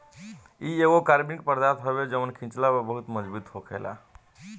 इ एगो कार्बनिक पदार्थ हवे जवन खिचला पर बहुत मजबूत होखेला